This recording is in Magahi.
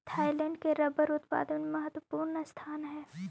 थाइलैंड के रबर उत्पादन में महत्त्वपूर्ण स्थान हइ